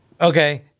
Okay